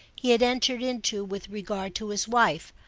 he had entered into with regard to his wife,